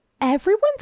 everyone's